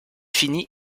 fini